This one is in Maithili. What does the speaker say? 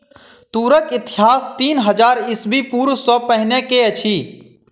तूरक इतिहास तीन हजार ईस्वी पूर्व सॅ पहिने के अछि